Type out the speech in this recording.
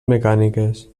mecàniques